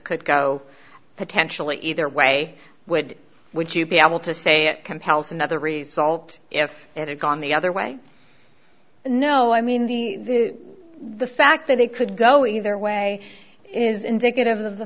could go potentially either way would would you be able to say it compels another result if it had gone the other way no i mean the the fact that they could go either way is indicative of the